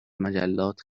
مجلات